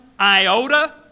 iota